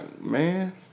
Man